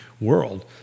world